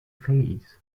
fays